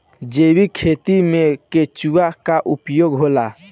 जैविक खेती मे केचुआ का उपयोग होला?